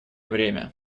время